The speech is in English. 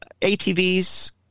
ATVs